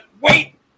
wait